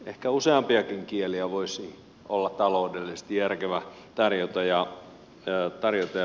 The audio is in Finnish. ehkä useampiakin kieliä voisi olla taloudellisesti järkevää tarjota ja pitää yllä